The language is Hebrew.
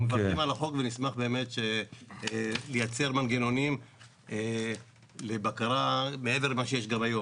אנחנו מברכים על החוק ונשמח לייצר מנגנונים לבקרה מעבר למה שיש היום.